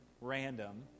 random